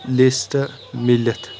list میٖلِتھ